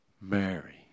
Mary